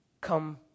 Come